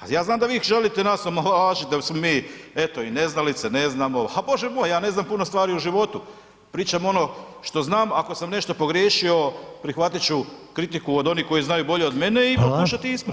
a ja znam da vi želite nas omalovažit da smo mi eto i neznalice, ne znamo, ha Bože moj, ja ne znam puno stvari u životu, pričam ono što znam, ako sam nešto pogriješio, prihvatit ću kritiku od onih koji znaju bolje od mene [[Upadica: Hvala]] i pokušati ispraviti.